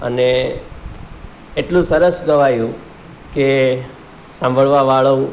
અને એટલું સરસ ગવાયું કે સાંભળવાવાળાઓ